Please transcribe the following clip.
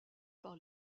par